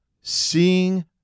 seeing